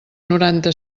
noranta